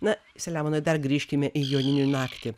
na selemonai dar grįžkime į joninių naktį